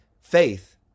Faith